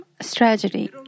strategy